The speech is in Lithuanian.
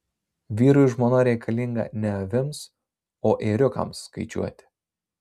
vyrui žmona reikalinga ne avims o ėriukams skaičiuoti